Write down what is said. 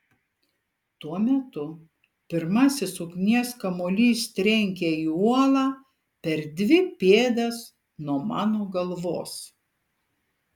tuo metu pirmasis ugnies kamuolys trenkia į uolą per dvi pėdas nuo mano galvos